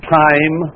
time